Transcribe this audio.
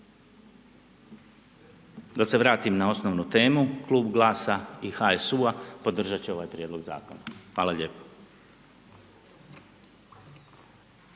Da se vratim na osnovnu temu, klub GLAS-a i HSU-a podržat će ovaj prijedlog zakona. Hvala lijepo.